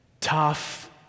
tough